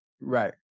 Right